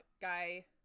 Guy